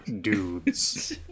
dudes